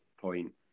point